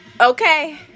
Okay